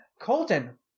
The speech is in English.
Colton